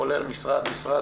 כולל משרד-משרד,